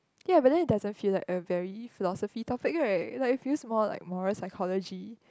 ya but then it doesn't feel like a very philosophy topic right like feel more like moral psychology